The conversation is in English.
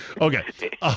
Okay